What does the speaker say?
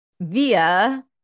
via